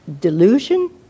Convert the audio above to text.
delusion